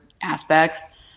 aspects